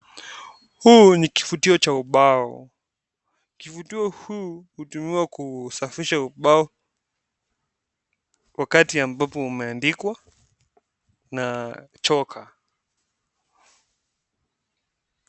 Huu ni kufutio cha ubao, kifutio huu hutumiwa kusafisha ubao wakati ambapo umeandikwa na chokaa.